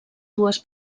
dues